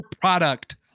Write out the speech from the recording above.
product